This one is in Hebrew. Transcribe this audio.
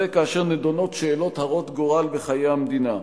כאשר נדונות שאלות הרות גורל בחיי המדינה,